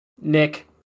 Nick